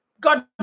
God